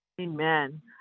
Amen